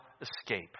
Escape